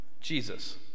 Jesus